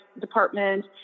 department